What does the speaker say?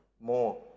more